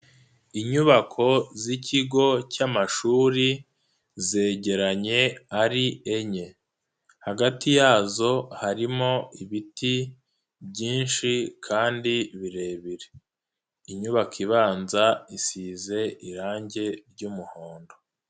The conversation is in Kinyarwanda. Inyubako z'ikigo cy'amashuri zegeranye ari enye, hagati yazo harimo ibiti byinshi kandi birebire, inyubako ibanza isize irangi ry'umuhondo.